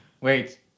Wait